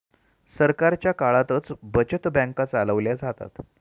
सरकारच्या काळातच बचत बँका चालवल्या जातात